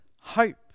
hope